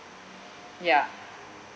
ya